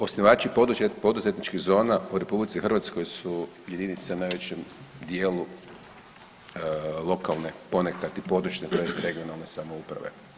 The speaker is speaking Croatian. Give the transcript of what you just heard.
Osnivači poduzetničkih zona u RH su jedinice u najvećem dijelu lokalne ponekad i područne tj. regionalne samouprave.